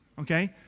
okay